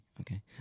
Okay